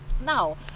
Now